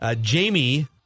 Jamie